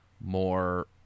more